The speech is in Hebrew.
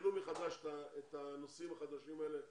תשקלו מחדש את הנושאים החדשים האלה שהעלינו,